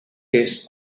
tastes